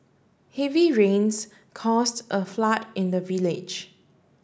heavy rains caused a flood in the village